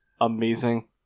amazing